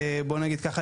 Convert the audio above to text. בוא נגיד ככה,